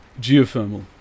Geothermal